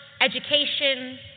education